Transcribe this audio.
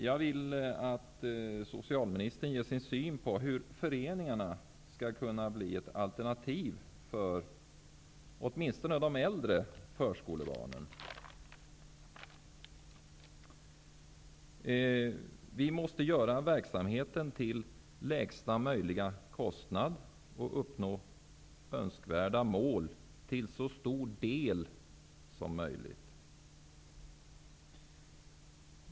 Jag vill att socialministern ger sin syn på hur föreningarna skall kunna bli ett alternativ för åtminstone de äldre förskolebarnen. Vi måste genomföra verksamheten till lägsta möjliga kostnad och uppnå önskvärda mål för så stor del av barnen som möjligt.